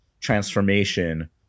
transformation